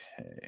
Okay